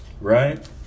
Right